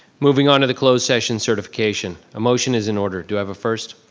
moving onto the closed session certification. a motion is in order. do i have a first?